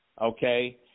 okay